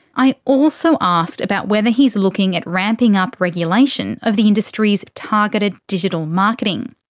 i also asked about whether he's looking at ramping up regulation of the industry's targeted digital marketing.